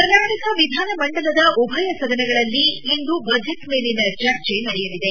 ಕರ್ನಾಟಕ ವಿಧಾನ ಮಂಡಲದ ಉಭಯ ಸದನಗಳಲ್ಲಿ ಇಂದು ಬಜೆಟ್ ಮೇಲಿನ ಚರ್ಚೆ ನಡೆಯಲಿದೆ